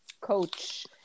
coach